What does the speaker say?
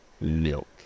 milk